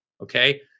okay